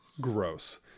Gross